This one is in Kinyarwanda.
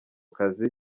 kazi